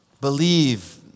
believe